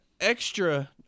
extra